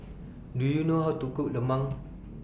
Do YOU know How to Cook Lemang